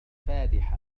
فادحة